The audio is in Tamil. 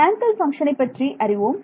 ஹாங்கல் பங்க்ஷனை பற்றி அறிவோம்